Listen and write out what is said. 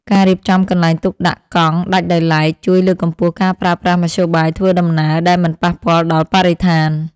ការរៀបចំកន្លែងទុកដាក់កង់ដាច់ដោយឡែកជួយលើកកម្ពស់ការប្រើប្រាស់មធ្យោបាយធ្វើដំណើរដែលមិនប៉ះពាល់ដល់បរិស្ថាន។